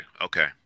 Okay